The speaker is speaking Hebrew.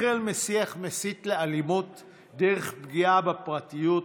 החל בשיח מסית לאלימות דרך פגיעה בפרטיות,